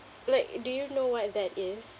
like do you know what that is